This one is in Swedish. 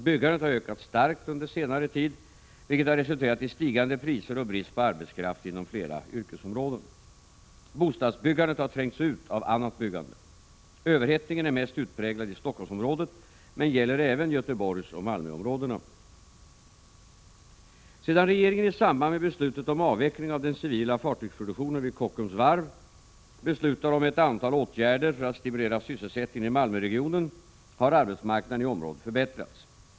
Byggandet har ökat starkt under senare tid, vilket har resulterat i stigande priser och brist på arbetskraft inom flera yrkesområden. Bostadsbyggandet har trängts ut av annat byggande. Överhettningen är mest utpräglad i Stockholmsområdet, men gäller även Göteborgsoch Malmöområdena. Sedan regeringen i samband med beslutet om avveckling av den civila fartygsproduktionen vid Kockums varv beslutade om ett antal åtgärder för att stimulera sysselsättningen i Malmöregionen har arbetsmarknaden i området förbättrats.